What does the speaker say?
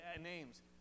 names